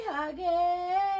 again